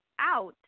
out